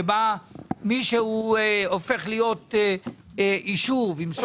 שבה מישהו הופך להיות יישוב עם דירוג